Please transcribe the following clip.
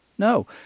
No